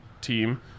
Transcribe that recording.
team